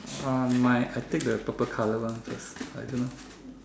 um my I take the purple color one first I don't know